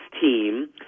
team